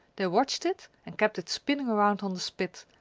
they watched it and kept it spinning around on the spit,